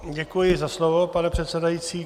Děkuji za slovo, pane předsedající.